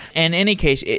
and any case,